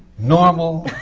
normal